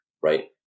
right